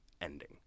ending